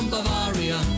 Bavaria